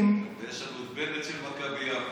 ויש לנו את בנט של מכבי יפו.